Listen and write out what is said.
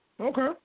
Okay